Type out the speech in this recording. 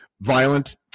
violent